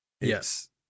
Yes